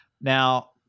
Now